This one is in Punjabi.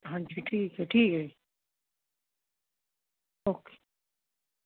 ਹਾਂਜੀ ਠੀਕ ਹੈ ਠੀਕ ਹੈ ਓਕੇ